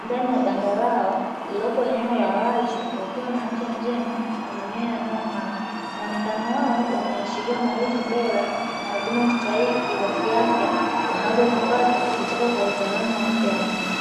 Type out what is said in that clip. ndani ya banda lao lililoko eneo la wazi wakiwa na afya njema na manyoya yanayong'aa, muonekano wao unaashiria malezi bora na huduma stahiki za kiafya wanazozipata kutoka kwa wataalamu wa afya ya wanyama.